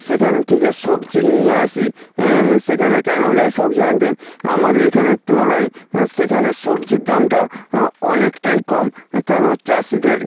সেখান থেকে সবজি নিয়ে আসি সেখানে কেন যাই সবজি আনতে আমাদের এখানের তুলনায় সেখান সবজির দামটা অনেকটাই কম কেন চাষিদের